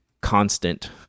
constant